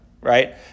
right